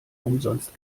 umsonst